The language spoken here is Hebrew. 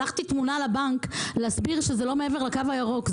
שלחתי תמונה לבנק להסביר שזה לא מעבר לקו הירוק.